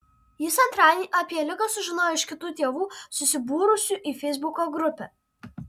jis antradienį apie ligą sužinojo iš kitų tėvų susibūrusių į feisbuko grupę